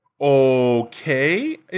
Okay